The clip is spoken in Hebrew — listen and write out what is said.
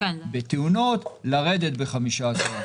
בתאונות לרדת ב-15%.